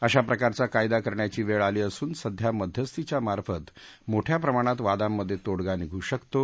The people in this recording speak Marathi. अशा प्रकारचा कायदा करण्याची वेळ आली असून सध्या मध्यस्थीच्या मार्फत मोठ्या प्रमाणात वांदामध्ये तोडगा निघू शकतो